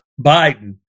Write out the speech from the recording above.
Biden